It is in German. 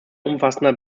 umfassender